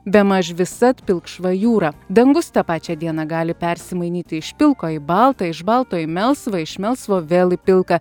bemaž visad pilkšva jūra dangus tą pačią dieną gali persimainyti iš pilko į baltą iš balto į melsvą iš melsvo vėl į pilką